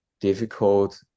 difficult